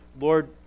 Lord